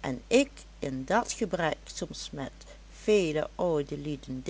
en ik in dat gebrek soms met vele oude lieden